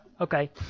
okay